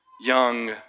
young